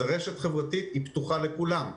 זו רשת חברתית, היא פתוחה לכולם.